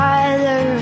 Father